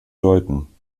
deuten